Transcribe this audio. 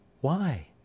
Why